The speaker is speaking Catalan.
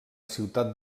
ciutat